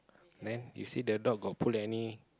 then you see the dog got put any